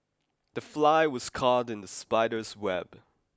the fly was caught in the spider's web